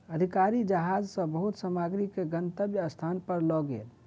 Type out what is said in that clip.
अधिकारी जहाज सॅ बहुत सामग्री के गंतव्य स्थान पर लअ गेल